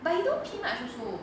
but he don't pee much also